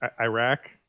Iraq